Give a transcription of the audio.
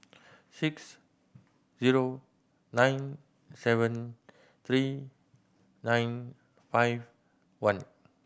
six zero nine seven three nine five one